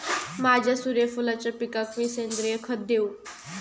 माझ्या सूर्यफुलाच्या पिकाक मी सेंद्रिय खत देवू?